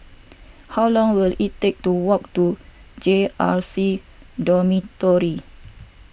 how long will it take to walk to J R C Dormitory